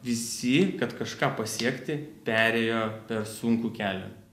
visi kad kažką pasiekti perėjo per sunkų kelią